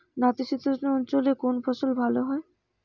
নাতিশীতোষ্ণ অঞ্চলে কোন ফসল ভালো হয়?